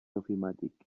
ofimàtic